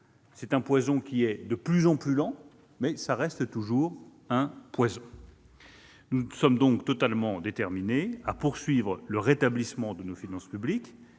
doute un poison de plus en plus lent, mais cela reste toujours un poison. Nous sommes donc totalement déterminés à poursuivre le rétablissement de nos finances publiques